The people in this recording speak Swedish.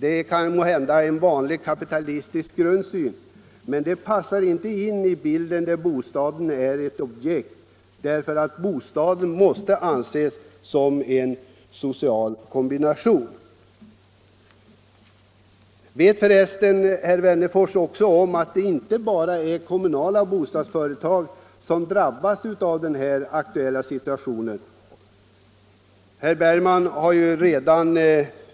Det är måhända en vanlig kapitalistisk lösning, men den passar inte in i bilden när det handlar om bostäder. Bostaden måste anses vara en social angelägenhet. Vet förresten herr Wennerfors att det inte enbart är kommunala bostadsföretag som drabbats av det här problemet? Herr Bergman har redan